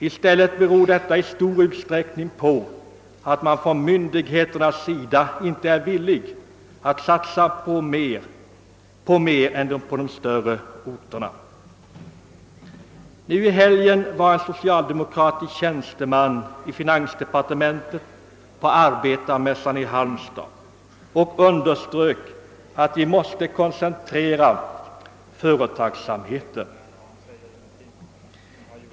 I stället beror detta i stor utsträckning på att man från myndigheternas sida inte är villig att satsa på annat än de större orterna. Nu i helgen underströk en socialdemokratisk tjänsteman från finansdepartementet på arbetarmässan i Halmstad att vi måste koncentrera företagsamheten.